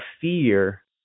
fear